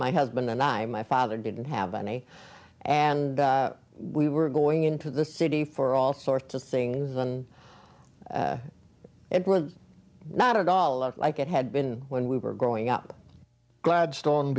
my husband and i am i father didn't have any and we were going into the city for all sorts of things and it was not a dollar like it had been when we were growing up gladston